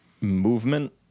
movement